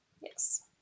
Yes